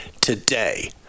today